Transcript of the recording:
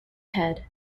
head